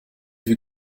viel